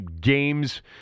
games